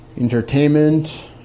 entertainment